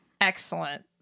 Excellent